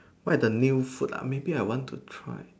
why the new food ah maybe I want to try